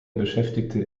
beschäftigte